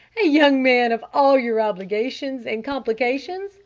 a young man of all your obligations and complications